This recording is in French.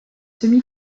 semi